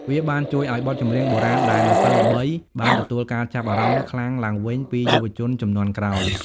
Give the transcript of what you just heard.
វាបានជួយឲ្យបទចម្រៀងបុរាណដែលមិនសូវល្បី បានទទួលការចាប់អារម្មណ៍ខ្លាំងឡើងវិញពីយុវជនជំនាន់ក្រោយ។